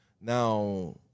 now